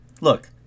Look